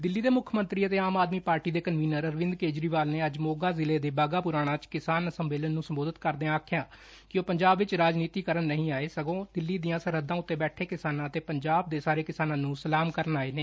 ਦਿੱਲੀ ਦੇ ਮੁੱਖ ਮੰਤਰੀ ਅਤੇ ਆਮ ਆਦਮੀ ਪਾਰਟੀ ਦੇ ਕਨਵੀਨਰ ਅਰਵਿੰਦ ਕੇਜਰੀਵਾਲ ਨੇ ਅੱਜ ਮੋਗਾ ਜਿਲ੍ਹੇ ਦੇ ਬਾਘਾ ਪੁਰਾਣਾ 'ਚ ਕਿਸਾਨ ਸੰਮੇਲਨ ਨੂੰ ਸੰਬੋਧਿਤ ਕਰਦਿਆਂ ਕਿਹਾ ਕਿ ਉਹ ਪੰਜਾਬ ਵਿਚ ਰਾਜਨੀਤੀ ਕਰਨ ਨਹੀ ਆਏ ਸਗੋ ਦਿੱਲੀ ਦੀਆ ਸਰਹੱਦਾ ਤੇ ਬੈਠੇ ਕਿਸਾਨ ਅਤੇ ਪੰਜਾਬ ਦੇ ਸਾਰੇ ਕਿਸਾਨਾ ਨੂੰ ਸਲਾਮ ਕਰਨ ਆਏ ਨੇ